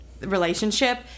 relationship